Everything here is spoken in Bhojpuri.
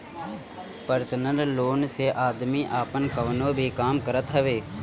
पर्सनल लोन से आदमी आपन कवनो भी काम करत हवे